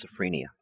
schizophrenia